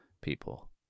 people